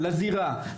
לזירה,